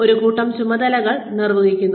ഒരു കൂട്ടം ചുമതലകൾ നിർവഹിക്കുന്നു